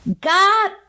God